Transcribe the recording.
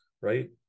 Right